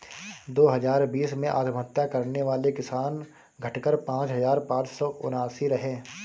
दो हजार बीस में आत्महत्या करने वाले किसान, घटकर पांच हजार पांच सौ उनासी रहे